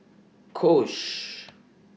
Kose